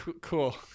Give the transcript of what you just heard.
Cool